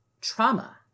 trauma